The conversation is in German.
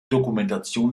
dokumentation